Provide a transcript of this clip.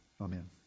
amen